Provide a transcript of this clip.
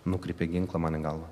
nukreipė ginklą man į galvą